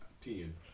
Ten